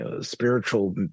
spiritual